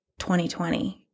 2020